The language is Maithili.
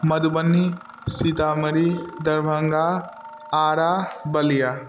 मधुबनी सीतामढ़ी दरभङ्गा आरा बलिया